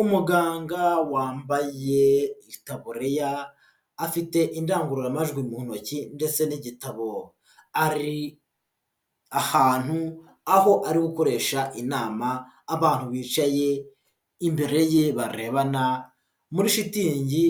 Umuganga wambaye itaburiya, afite indangururamajwi mu ntoki ndetse n'igitabo, ari ahantu, aho ari gukoresha inama abantu bicaye imbere ye barebana muri shitingi